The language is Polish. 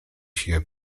się